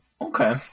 Okay